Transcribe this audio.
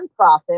nonprofit